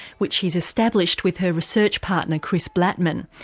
which she's established with her research partner chris blackman.